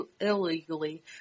illegally